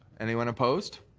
anyone opposed?